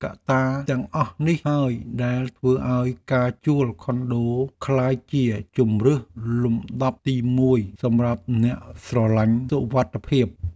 កត្តាទាំងអស់នេះហើយដែលធ្វើឱ្យការជួលខុនដូក្លាយជាជម្រើសលំដាប់ទីមួយសម្រាប់អ្នកស្រឡាញ់សុវត្ថិភាព។